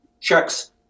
checks